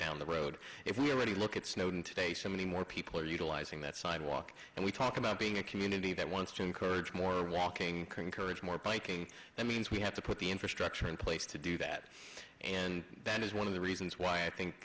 down the road if we already look at snowden today so many more people are utilizing that sidewalk and we talk about being a community that wants to encourage more walking encourage more placate that means we have to put the infrastructure in place to do that and that is one of the reasons why i think